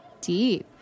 deep